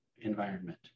environment